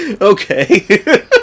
Okay